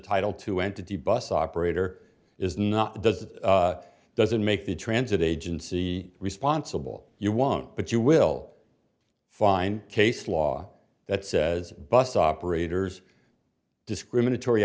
title to entity bus operator is not does doesn't make the transit agency responsible you want but you will find case law that says bus operators discriminatory